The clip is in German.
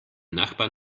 nachbarn